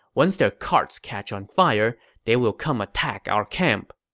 once their carts catch on fire, they will come attack our camp.